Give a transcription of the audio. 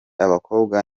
abakobwa